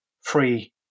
free